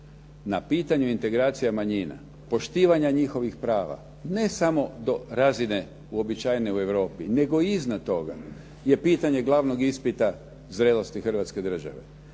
Na pitanju integracija manjina, poštivanja njihovih prava, ne samo do razine uobičajene u Europi nego i iznad toga, je pitanje glavnog ispita zrelosti Hrvatske države.